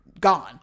gone